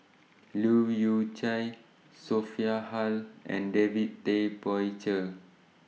Leu Yew Chye Sophia Hull and David Tay Poey Cher